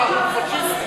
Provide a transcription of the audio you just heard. לא כל דבר הוא פאשיסטי,